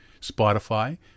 Spotify